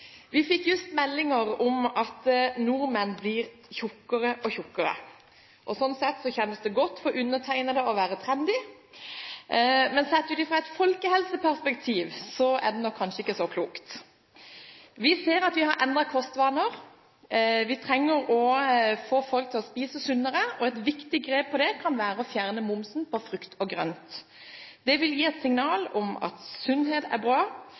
Vi fikk just meldinger om at nordmenn blir tykkere og tykkere. Sånn sett kjennes det godt for undertegnede å være trendy, men sett ut fra et folkehelseperspektiv er det nok kanskje ikke så klokt. Vi ser at vi har endret kostvaner. Vi trenger å få folk til å spise sunnere, og et viktig grep der kan være å fjerne momsen på frukt og grønt. Det vil gi et signal om at sunnhet er bra.